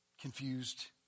confused